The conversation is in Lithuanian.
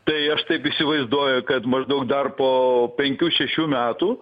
tai aš taip įsivaizduoju kad maždaug dar po penkių šešių metų